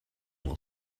will